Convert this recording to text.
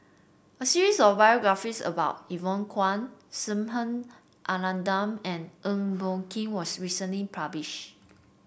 a series of biographies about Evon Kow Subha Anandan and Eng Boh Kee was recently published